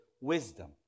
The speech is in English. wisdom